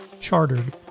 Chartered